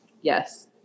Yes